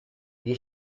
gli